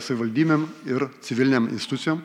savivaldybėm ir civilinėm institucijom